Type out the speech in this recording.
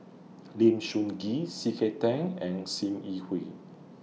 Lim Soo Ngee C K Tang and SIM Yi Hui